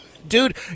Dude